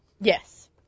Yes